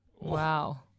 Wow